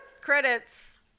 credits